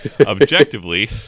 objectively